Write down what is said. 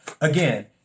Again